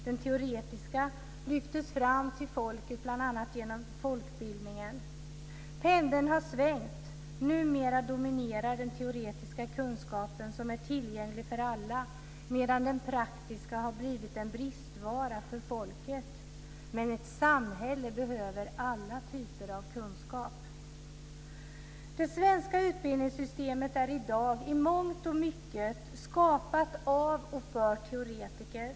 Den teoretiska kunskapen lyftes fram till folket bl.a. genom folkbildningen. Pendeln har svängt. Numera dominerar den teoretiska kunskapen, tillgänglig för alla, medan den praktiska har blivit en bristvara för folket. Men ett samhälle behöver alla typer av kunskap. Det svenska utbildningssystemet är i dag i mångt och mycket skapat av och för teoretiker.